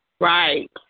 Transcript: Right